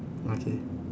okay